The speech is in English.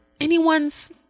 anyone's